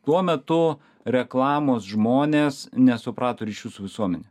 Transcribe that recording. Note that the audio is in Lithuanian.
tuo metu reklamos žmonės nesuprato ryšių su visuomene